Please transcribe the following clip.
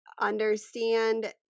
understand